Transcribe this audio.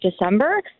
December